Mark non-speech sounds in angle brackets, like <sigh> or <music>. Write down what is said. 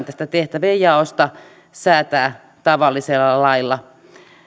<unintelligible> tästä tehtävänjaosta voidaan säätää tavallisella lailla